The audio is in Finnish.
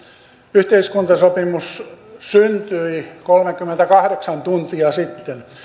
yhteiskuntasopimus syntyi kolmekymmentäkahdeksan tuntia sitten